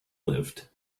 lived